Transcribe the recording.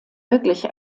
wirklich